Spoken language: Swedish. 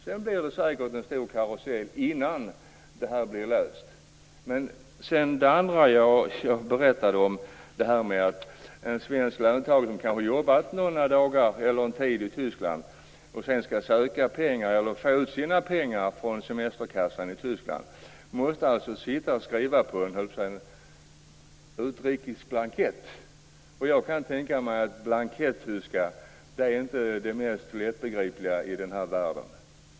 Sedan blir det säkert en stor karusell innan det här blir löst. Det andra jag berättade om var att en svensk löntagare som jobbat en tid i Tyskland och sedan skall söka eller få ut pengar från semesterkassan i Tyskland måste sitta och fylla i en utrikisk blankett. Jag kan inte tänka mig att blankettyska är det mest lättbegripliga i den här världen.